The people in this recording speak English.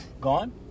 gone